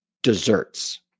Desserts